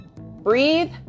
Breathe